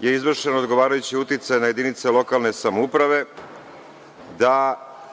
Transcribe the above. je izvršen odgovarajući uticaj na jedinice lokalne samouprave da